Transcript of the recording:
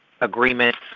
agreement